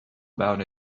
about